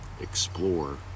explore